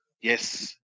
Yes